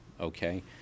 okay